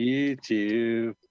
YouTube